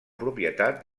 propietat